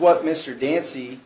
what mr dancy